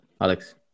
Alex